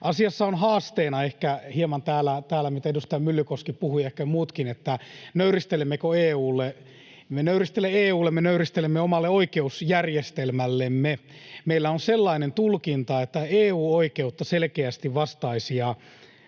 Asiassa on ehkä hieman haasteena täällä se — mistä edustaja Myllykoski puhui, ehkä muutkin — nöyristelemmekö EU:lle. Emme nöyristele EU:lle. Me nöyristelemme omalle oikeusjärjestelmällemme. Meillä on sellainen tulkinta, että selkeästi EU-oikeuden vastaisia